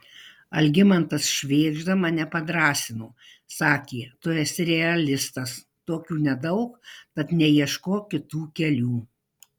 algimantas švėgžda mane padrąsino sakė tu esi realistas tokių nedaug tad neieškok kitų kelių